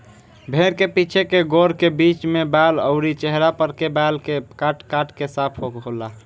भेड़ के पीछे के गोड़ के बीच में बाल अउरी चेहरा पर के बाल के काट काट के साफ होला